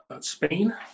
Spain